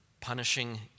punishing